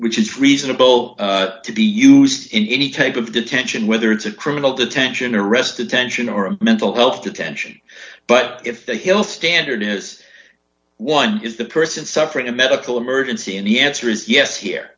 which is reasonable to be used in any type of detention whether it's a criminal detention or arrest attention or a mental health detention but if the hill standard is one is the person suffering a medical emergency and the answer is yes here